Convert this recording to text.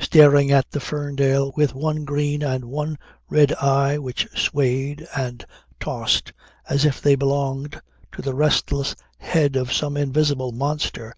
staring at the ferndale with one green and one red eye which swayed and tossed as if they belonged to the restless head of some invisible monster